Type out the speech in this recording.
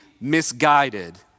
misguided